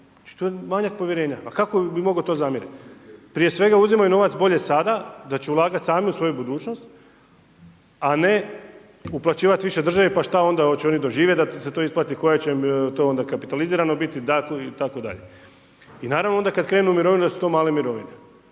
to je manjak povjerenja. Kako bi mogao to zamjerit. Prije svega uzimaju novac bolje sada da će ulagat sami u svoju budućnost, a ne uplaćivat više državi pa šta onda hoće oni doživjet da se to isplati, koja će to onda kapitalizirano biti itd. naravno kad krenu u mirovine da su to male mirovine.